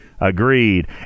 Agreed